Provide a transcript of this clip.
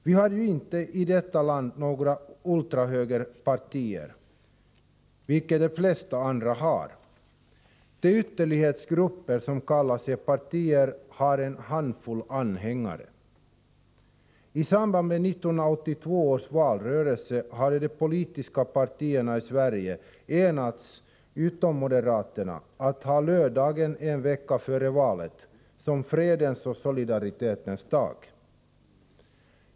Vi har ju i detta land inte något ultrahögerparti, vilket de flesta andra länder har. De ytterlighetsgrupper som kallar sig partier har en handfull anhängare. I samband med 1982 års valrörelse hade de politiska partierna i Sverige utom moderaterna enats om att ha lördagen en vecka före valet som fredens och solidaritetens dag.